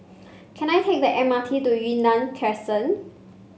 can I take the M R T to Yunnan Crescent